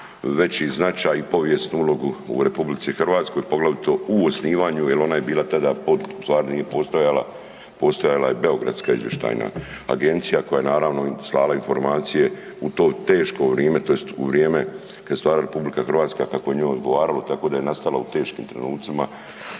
veći značaj i povijesnu ulogu u RH, poglavito u osnivanju jel ona je tada bila stvarno nije postojala, postojala je Beogradska izvještajna agencija koja je naravno slala informacije u to teško vrime tj. u vrijeme kada se stvarala RH kako je njoj odgovaralo tako da je nastala u teškim trenucima